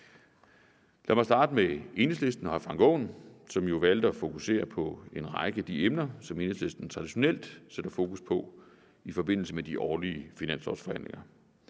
Lad mig starte med Enhedslisten og hr. Frank Aaen, som jo valgte at fokusere på en række af de emner, som Enhedslisten traditionelt sætter fokus på i forbindelse med de årlige finanslovforhandlinger.